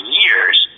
years